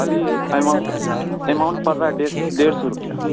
ابھی amount amount پر رہا ہے ڈو ڈیڑھ سو روپیہ